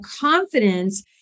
confidence